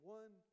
one